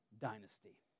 dynasty